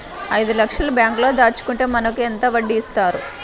ఐదు లక్షల బ్యాంక్లో దాచుకుంటే మనకు ఎంత వడ్డీ ఇస్తారు?